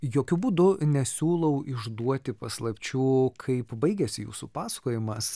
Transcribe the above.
jokiu būdu nesiūlau išduoti paslapčių kaip baigiasi jūsų pasakojimas